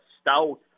stout